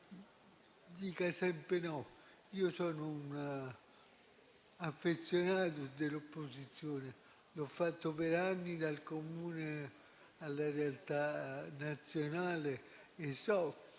dica sempre no. Io sono un affezionato dell'opposizione, l'ho fatta per anni, dal Comune alla realtà nazionale, e so